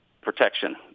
protection